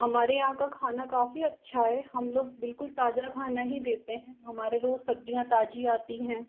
हमारे यहाँ का खाना काफी अच्छा है हम लोग बिल्कुल ताजा खाना ही देते हैं हमारे रोज सब्ज़ियाँ ताज़ी आती हैं